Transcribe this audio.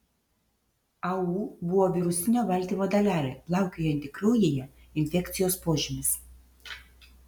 au buvo virusinio baltymo dalelė plaukiojanti kraujyje infekcijos požymis